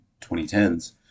2010s